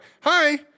hi